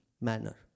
manner